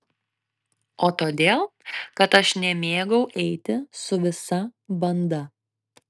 o todėl kad aš nemėgau eiti su visa banda